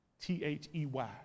T-H-E-Y